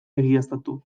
egiaztatu